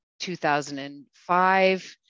2005